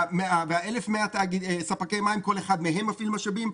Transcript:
ה-1,100 ספקי מים, כל אחד מפעיל משאבים.